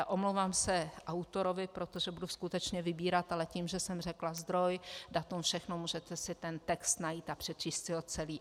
Omlouvám se autorovi, protože budu skutečně vybírat, ale tím, že jsem řekla zdroj, datum, všechno, můžete si ten text najít a přečíst si ho celý.